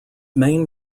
main